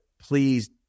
please